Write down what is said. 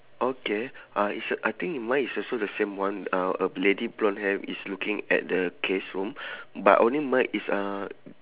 okay uh it's a I think mine is also the same one uh a lady blonde hair is looking at the case room but only mine it's a